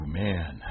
man